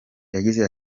yagize